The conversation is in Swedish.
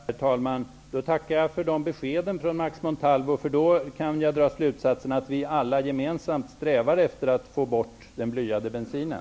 Herr talman! Jag tackar för de beskeden från Max Montalvo. Då kan jag dra slutsatsen att vi alla gemensamt strävar efter att få bort den blyade bensinen.